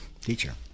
Teacher